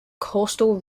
coastal